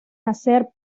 hacer